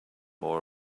more